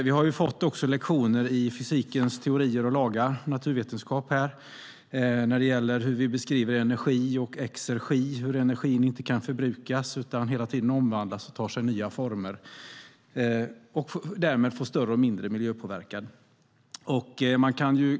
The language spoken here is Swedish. Vi har också fått lektioner i fysikens teorier och naturvetenskap när det gäller hur vi beskriver energi och exergi, hur energin inte kan förbrukas utan hela tiden omvandlas och tar sig nya former och därmed får större och mindre miljöpåverkan.